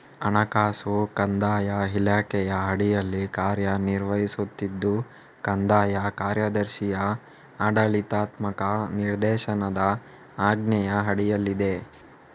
ಹಣಕಾಸು ಕಂದಾಯ ಇಲಾಖೆಯ ಅಡಿಯಲ್ಲಿ ಕಾರ್ಯ ನಿರ್ವಹಿಸುತ್ತಿದ್ದು ಕಂದಾಯ ಕಾರ್ಯದರ್ಶಿಯ ಆಡಳಿತಾತ್ಮಕ ನಿರ್ದೇಶನದ ಆಜ್ಞೆಯ ಅಡಿಯಲ್ಲಿದೆ